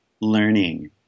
learning